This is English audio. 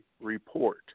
report